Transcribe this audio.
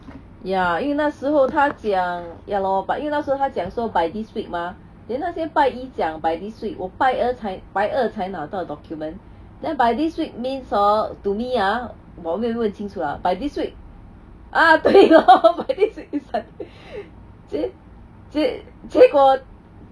ya 因为那时候他讲 ya lor but 因为那时候他讲说 by this week mah then 那些拜一讲 by this week 我拜二才拜二才拿到 document then by this week means hor to me ah 我没有问清楚 lah by this week ah 对哦 by this week is sunday 结结结果